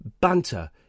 Banter